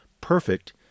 perfect